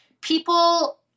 people